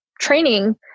training